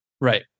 Right